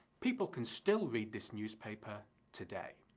people can still read this newspaper today.